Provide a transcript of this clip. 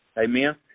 Amen